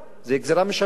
זו גזירה משמים?